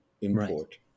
import